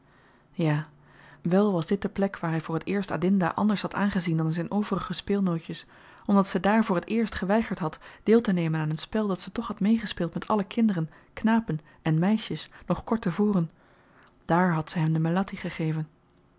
ja wèl was dit de plek waar hy voor t eerst adinda anders had aangezien dan zyn overige speelnootjes omdat ze daar voor t eerst geweigerd had deeltenemen aan een spel dat ze toch had meegespeeld met alle kinderen knapen en meisjes nog kort te voren dààr had ze hem de melatti gegeven